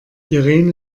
irene